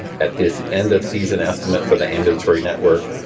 at this end-of-season estimate for the ambulatory network,